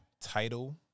title